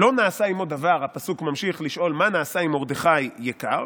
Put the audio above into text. "לא נעשה עימו דבר" הפסוק ממשיך לשאול מה נעשה עם מרדכי יקר,